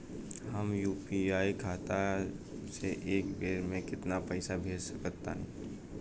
हम यू.पी.आई खाता से एक बेर म केतना पइसा भेज सकऽ तानि?